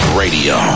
radio